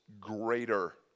greater